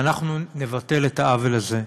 ואנחנו נבטל את העוול הזה.